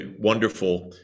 wonderful